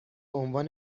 عنوان